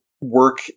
work